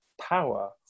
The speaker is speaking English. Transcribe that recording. power